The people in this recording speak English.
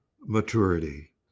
maturity